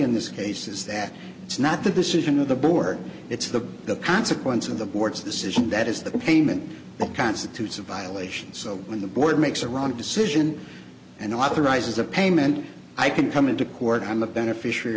in this case is that it's not the decision of the board it's the the consequence of the board's decision that is the payment but constitutes a violation so when the board makes a wrong decision and authorizes a payment i can come into court on the beneficiary